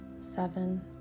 seven